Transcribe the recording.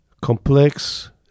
complex